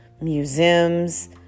museums